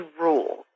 rules